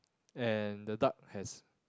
and the duck has